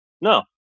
No